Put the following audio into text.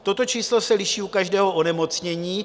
Toto číslo se liší u každého onemocnění.